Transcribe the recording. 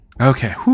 Okay